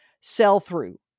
sell-through